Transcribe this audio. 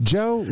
Joe